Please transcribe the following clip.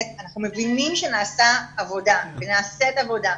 אנחנו מבינים שנעשתה עבודה ונעשית עבודה,